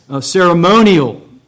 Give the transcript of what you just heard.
ceremonial